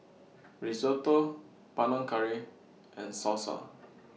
Risotto Panang Curry and Salsa